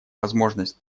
возможность